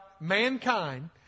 mankind